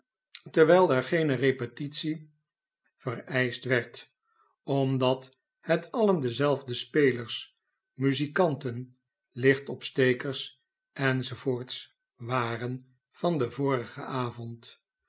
terwijl er geene repetitie vereischt werd omdat het alien dezelfde spelers muzikanten lichtopstekers enz waren van den vorigen avond